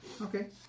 Okay